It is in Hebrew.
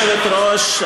(חברת הכנסת חנין זועבי יוצאת מאולם המליאה.) גברתי היושבת-ראש,